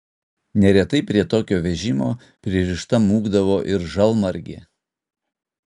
neretai prie tokio vežimo pririšta mūkdavo ir žalmargė